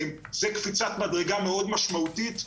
זה קפיצת מדרגה מאוד משמעותית,